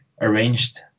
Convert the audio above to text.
arranged